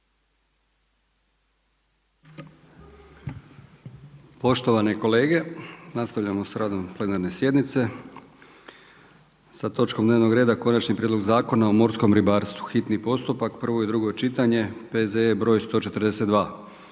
Poštovane kolege, nastavljamo s radom plenarne sjednice sa točkom dnevnog reda: 4. Konačni prijedlog Zakona o morskom ribarstvu, hitni postupak, prvo i drugo čitanje, P.Z. br. 142.